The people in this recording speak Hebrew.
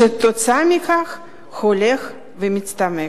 שכתוצאה מכך הולך ומצטמק.